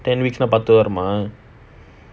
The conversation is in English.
ten weeks lah பத்து வருமா:pathu varumaa